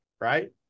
right